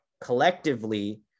collectively